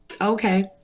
Okay